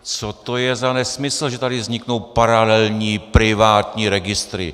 Co to je za nesmysl, že tady vzniknou paralelní privátní registry?